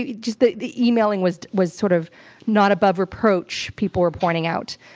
ah just the the e-mailing was was sort of not above reproach, people were pointing out.